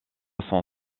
son